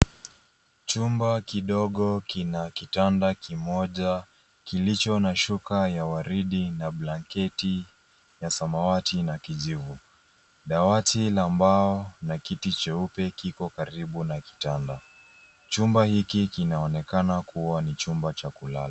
Jumba kidogo kina kitanda kimoja kilicho na shuka ya waridi na blanketi ya samawati na kijivu. Dawati la mbao na kiti cheupe kiko karibu na kitanda. Jumba hiki kinaonekana kuwa ni jumba cha kulala.